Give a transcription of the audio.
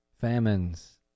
famines